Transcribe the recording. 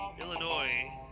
Illinois